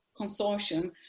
consortium